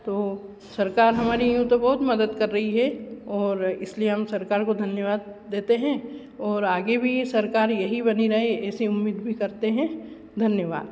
तो वह सरकार हमारी यूँ तो बहुत मदद कर रही है और इसलिए हम सरकार को धन्यवाद देते हैं और आगे भी यह सरकार यही बनी रहे ऐसी उम्मीद भी करते हैं धन्यवाद